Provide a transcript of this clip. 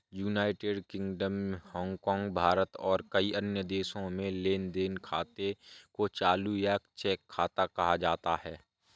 United Kingdom, Hong Kong, Bharat और कई अन्य देशों में लेन देन खाते को चालू या चेक खाता कहा जाता है